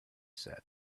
said